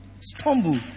Stumble